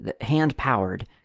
hand-powered